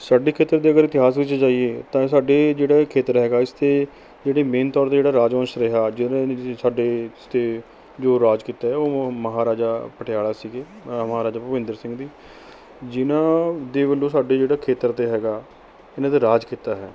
ਸਾਡੇ ਖੇਤਰ ਦੇ ਅਗਰ ਇਤਿਹਾਸ ਵਿੱਚ ਜਾਈਏ ਤਾਂ ਸਾਡੇ ਜਿਹੜਾ ਖੇਤਰ ਹੈਗਾ ਇਸ 'ਤੇ ਜਿਹੜਾ ਮੇਨ ਤੌਰ 'ਤੇ ਜਿਹੜਾ ਰਾਜਵੰਸ਼ ਰਿਹਾ ਜਿਨ੍ਹਾਂ ਨੇ ਸਾਡੇ ਇਸ 'ਤੇ ਜੋ ਰਾਜ ਕੀਤਾ ਹੈ ਉਹ ਮਹਾਰਾਜਾ ਪਟਿਆਲਾ ਸੀਗੇ ਮਹਾਰਾਜਾ ਭੁਪਿੰਦਰ ਸਿੰਘ ਜੀ ਜਿਨ੍ਹਾਂ ਦੇ ਵੱਲੋਂ ਸਾਡੇ ਜਿਹੜਾ ਖੇਤਰ 'ਤੇ ਹੈਗਾ ਇਹਨਾਂ 'ਤੇ ਰਾਜ ਕੀਤਾ ਹੈ